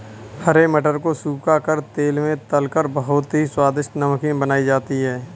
हरे मटर को सुखा कर तेल में तलकर बहुत ही स्वादिष्ट नमकीन बनाई जाती है